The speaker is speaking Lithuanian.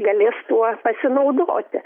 galės tuo pasinaudoti